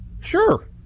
Sure